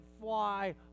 fly